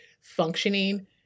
functioning